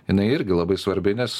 jinai irgi labai svarbi nes